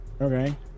Okay